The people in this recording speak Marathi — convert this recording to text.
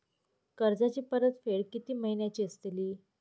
कर्जाची परतफेड कीती महिन्याची असतली?